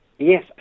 Yes